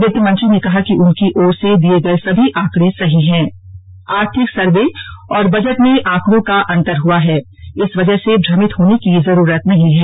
वित्त मंत्री ने कहा कि उनकी ओर से दिए गए सभी आंकड़े सही हैं आर्थिक सर्वे और बजट में आंकड़ो का अंतर हुआ है इस वजह से भ्रमित होने की जरूरत नहीं है